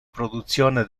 produzione